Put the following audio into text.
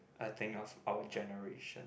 a thing of our generation